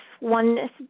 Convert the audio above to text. oneness